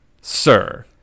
sir